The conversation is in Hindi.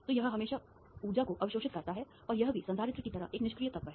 तो यह हमेशा ऊर्जा को अवशोषित करता है और यह भी संधारित्र की तरह एक निष्क्रिय तत्व है